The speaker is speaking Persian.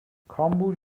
کامبوج